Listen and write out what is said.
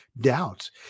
doubts